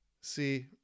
See